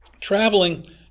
traveling